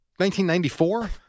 1994